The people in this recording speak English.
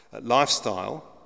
lifestyle